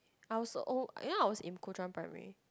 I also oh you know I was in Kuo Chuan primary